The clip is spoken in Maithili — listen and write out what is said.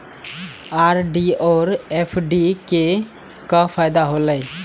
आर.डी और एफ.डी के का फायदा हौला?